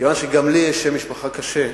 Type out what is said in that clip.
מכיוון שגם לי יש שם משפחה קשה.